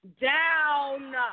down